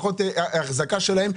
ופחות החזקה שלהם.